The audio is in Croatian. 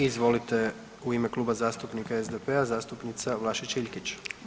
Izvolite u ime Kluba zastupnika SDP-a, zastupnica Vlašić Iljlić.